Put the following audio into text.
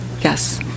Yes